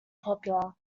popular